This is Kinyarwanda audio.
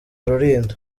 rulindo